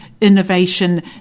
Innovation